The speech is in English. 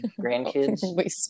grandkids